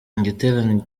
igiterane